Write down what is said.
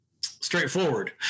straightforward